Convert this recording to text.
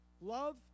love